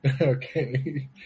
Okay